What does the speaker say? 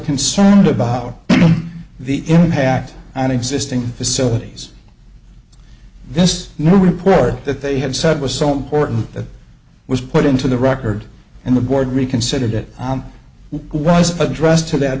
concerned about the impact on existing facilities this new report that they have said was so important that was put into the record and the board reconsidered it was addressed to that